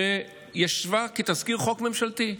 שישבה כתזכיר חוק ממשלתי.